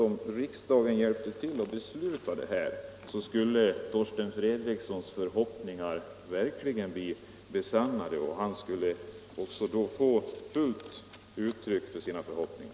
Om riksdagen hjälpte till och beslutade i den här frågan skulle onekligen Torsten Fredrikssons förhoppningar bli besannade — han skulle få ett fullt uttryck för sina förhoppningar.